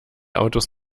autos